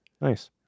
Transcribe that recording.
Nice